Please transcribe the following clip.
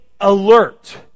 alert